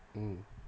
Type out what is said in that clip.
mm